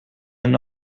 een